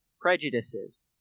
prejudices